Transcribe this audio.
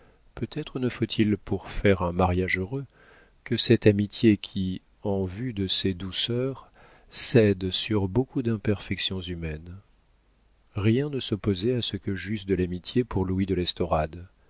peut-être ne faut-il pour faire un mariage heureux que cette amitié qui en vue de ses douceurs cède sur beaucoup d'imperfections humaines rien ne s'opposait à ce que j'eusse de l'amitié pour louis de l'estorade